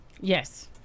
Yes